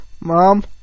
Mom